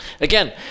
Again